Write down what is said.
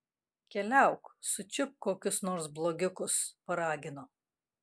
keliauk sučiupk kokius nors blogiukus paragino